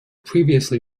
previously